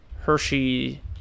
Hershey